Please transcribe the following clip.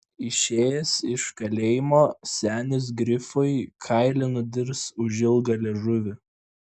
išėjęs iš kalėjimo senis grifui kailį nudirs už ilgą liežuvį